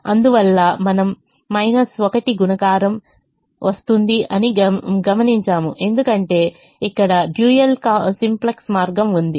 అందువల్ల మనకు 1 గుణకారం వస్తుంది అని గమనించాము ఎందుకంటే ఇక్కడ డ్యూయల్ సింప్లెక్స్ మార్గం ఉంది